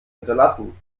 hinterlassen